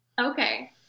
Okay